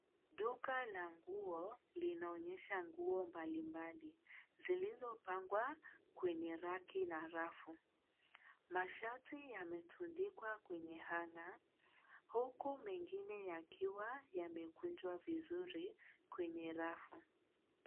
Duka la nguo linaonyesha nguo mbalimbali, zilizopangwa kwenye raki na rafu. Mashati yametundikwa kwenye hanger huku mengine yakiwa yamekunjwa vizuri kwenye rafu.